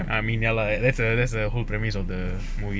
I mean ya lah there's a there's a whole premise of the movie